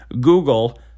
Google